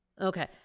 Okay